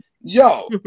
Yo